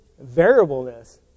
variableness